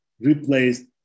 replaced